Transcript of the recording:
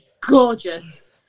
gorgeous